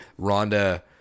Rhonda